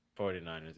49ers